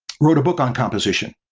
wrote a book on composition.